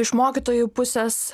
iš mokytojų pusės